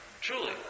truly